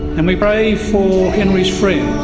and we pray for henry's friends